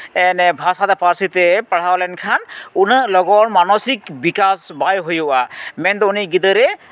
ᱵᱷᱟᱥᱟᱛᱮ ᱯᱟᱹᱨᱥᱤ ᱛᱮ ᱯᱟᱲᱦᱟᱣ ᱞᱮᱱᱠᱷᱟᱱ ᱩᱱᱟᱹᱜ ᱞᱚᱜᱚᱱ ᱢᱟᱱᱚᱥᱤᱠ ᱵᱤᱠᱟᱥ ᱵᱟᱭ ᱦᱩᱭᱩᱜᱼᱟ ᱢᱮᱱᱫᱚ ᱩᱱᱤ ᱜᱤᱫᱟᱹᱨᱮ